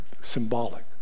Symbolic